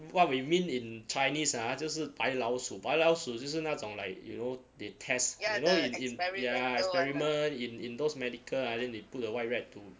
what we mean in chinese ah 就是白老鼠白老鼠就是那种 like you know they test you know in in ya experiment in in those medical ah then they put the white rat to